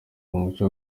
umuco